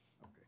Okay